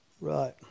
Right